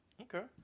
Okay